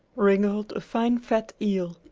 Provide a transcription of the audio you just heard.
wriggled a fine fat eel!